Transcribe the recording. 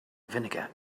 vinegar